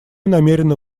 намерена